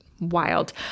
wild